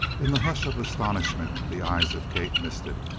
in the hush of astonishment, the eyes of kate misted.